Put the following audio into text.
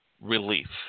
relief